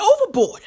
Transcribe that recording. overboard